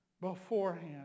beforehand